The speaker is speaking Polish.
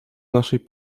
naszej